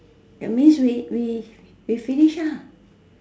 that means we we finish ah